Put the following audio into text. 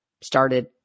started